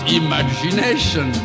imagination